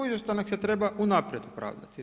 Izostanak se treba unaprijed opravdati.